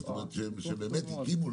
שבאמת הקימו,